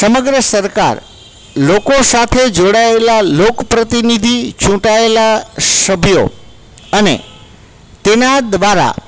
સમગ્ર સરકાર લોકો સાથે જોડાયેલા લોક પ્રતિનિધિ ચૂંટાયેલા સભ્યો અને તેના દ્વારા